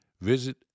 visit